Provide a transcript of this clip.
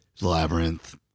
Labyrinth